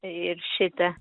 ir šita